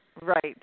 Right